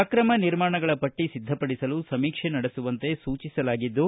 ಅಕ್ರಮ ನಿರ್ಮಾಣಗಳ ಪಟ್ಟ ಸಿದ್ದಪಡಿಸಲು ಸಮೀಕ್ಷೆ ನಡೆಸುವಂತೆ ಸೂಚಿಸಲಾಗಿದ್ದು